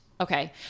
Okay